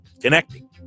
Connecting